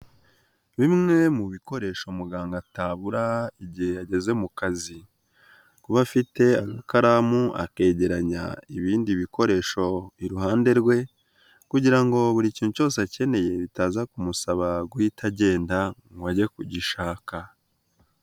Bimwe mu bikoresho muganga atabura igihe yageze mu kazi, kuba afite agakaramu akegeranya ibindi bikoresho iruhande rwe kugira ngo buri kintu cyose akeneye bitaza kumusaba guhita agenda ngo age kugishaka.